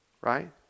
right